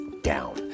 down